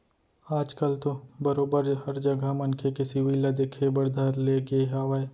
आज कल तो बरोबर हर जघा मनखे के सिविल ल देखे बर धर ले गे हावय